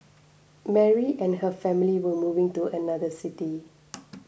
Mary and her family were moving to another city